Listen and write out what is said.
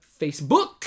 Facebook